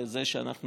וזה שאנחנו